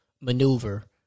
maneuver